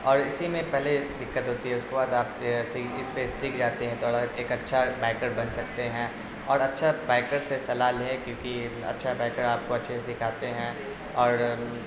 اور اسی میں پہلے دقت ہوتی ہے اس کے بعد آپ اس پہ سیکھ جاتے ہیں توا ایک اچھا بائٹر بن سکتے ہیں اور اچھا بکر سے صلاح لیں کیونکہ اچھا بائیکر آپ کو اچھے سکھاتے ہیں اور